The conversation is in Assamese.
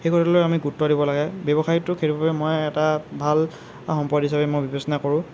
সেই কথাটো লৈ আমি গুৰুত্ব দিব লাগে ব্যৱসায়টোক সেইবাবে মই এটা ভাল সম্পদ হিচাপে মই বিবেচনা কৰোঁ